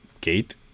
gate